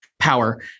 power